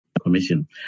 commission